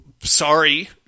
Sorry